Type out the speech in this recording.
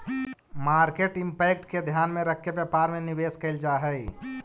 market impact के ध्यान में रखके व्यापार में निवेश कैल जा हई